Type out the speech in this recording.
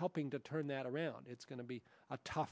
helping to turn that around it's going to be a tough